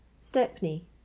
Stepney